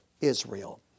Israel